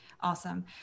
awesome